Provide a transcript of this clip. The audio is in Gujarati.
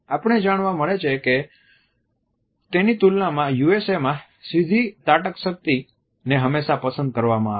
આપણે જાણવા મળે છે કે તેની તુલનામાં USAમા સીધી ત્રાટકશક્તિને હંમેશા પસંદ કરવામાં આવે છે